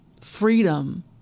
freedom